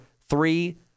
three